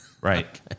Right